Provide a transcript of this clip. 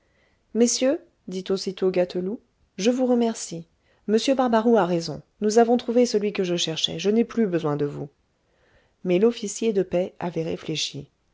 messieurs dit aussitôt gâteloup je vous remercie m barbaroux a raison nous avons trouvé celui que je cherchais je n'ai plus besoin de vous mais l'officier de paix avait réfléchi